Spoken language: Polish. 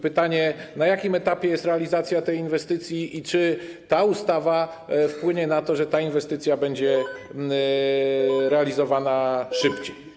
Pytanie: Na jakim etapie jest realizacja tej inwestycji i czy ta ustawa wpłynie na to, że ta inwestycja będzie realizowana szybciej?